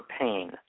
pain